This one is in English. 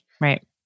Right